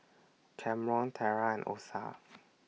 Camron Terra and Osa